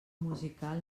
musical